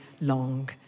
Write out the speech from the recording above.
long